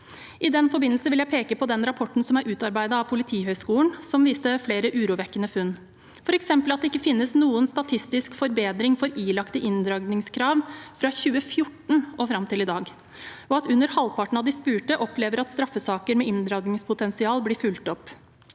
I den forbindelse vil jeg peke på rapporten som er utarbeidet av Politihøgskolen, som viste flere urovekkende funn, f.eks. at det ikke finnes noen statistisk forbedring for ilagte inndragningskrav fra 2014 og fram til i dag, og at under halvparten av de spurte opplever at straffesaker med inndragningspotensial blir fulgt opp.